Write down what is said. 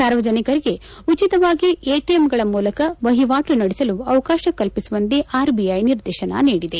ಸಾರ್ವಜನಿಕರಿಗೆ ಉಟಿತವಾಗಿ ಎಟಿಎಂಗಳ ಮೂಲಕ ವಹಿವಾಟು ನಡೆಸಲು ಅವಕಾಶ ಕಲ್ಲಿಸುವಂತೆ ಆರ್ಬಿಐ ನಿರ್ದೇಶನ ನೀಡಿದೆ